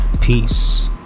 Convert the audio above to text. Peace